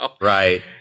right